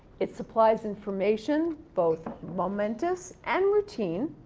it supplies information both momentous and routine,